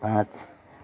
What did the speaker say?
पाँच